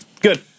Good